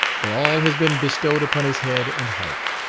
but all has been bestowed upon his head and heart.